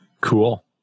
Cool